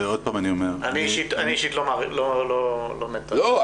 עוד פעם אני אומר --- אני אישית לא מת על --- לא,